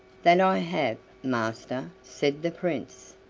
that i have, master, said the prince.